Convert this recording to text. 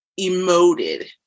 emoted